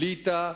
ליטא,